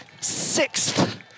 sixth